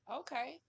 okay